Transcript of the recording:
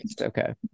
Okay